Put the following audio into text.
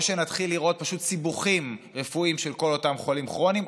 או שנתחיל לראות סיבוכים רפואיים של כל אותם חולים כרוניים,